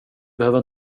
behöver